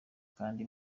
kandi